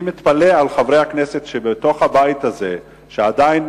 אני מתפלא על חברי הכנסת בבית הזה, שעדיין